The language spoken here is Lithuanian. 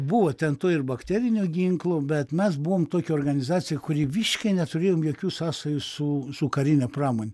buvo ten to ir bakterinio ginklo bet mes buvom tokia organizacija kuri visiškai neturėjom jokių sąsajų su su karine pramone